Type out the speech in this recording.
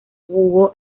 jugó